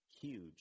huge